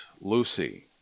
Lucy